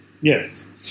yes